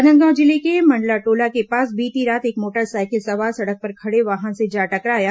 राजनांदगांव जिले के मंडलाटोला के पास बीती रात एक मोटरसाइकिल सवार सड़क पर खड़े वाहन से जा टकराया